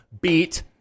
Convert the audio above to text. Beat